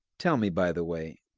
tell me, by the way,